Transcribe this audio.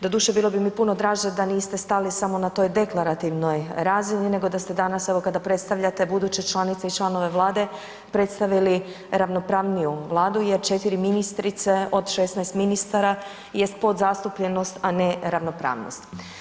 Doduše, bilo bi mi puno draže da niste stali samo na toj deklarativnoj razini, nego da ste danas, evo, kada predstavljate buduće članice i članove Vlade, predstavili ravnopravniju Vladu jer 4 ministrice od 16 ministara jest podzastupljenost, a ne ravnopravnost.